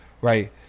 right